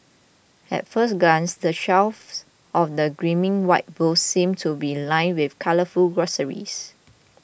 at first glance the shelves of the gleaming white booths seem to be lined with colourful groceries